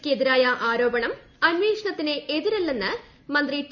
ഇയ്ക്കെതിരായ ആരോപണം ന് അന്വേഷണത്തിന് എത്തിരല്ലെന്ന് മന്ത്രി ടി